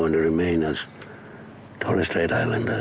and remain a torres strait islander,